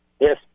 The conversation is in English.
Yes